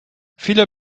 viele